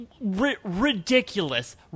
Ridiculous